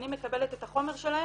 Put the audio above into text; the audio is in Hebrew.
אני מקבלת את החומר שלהם,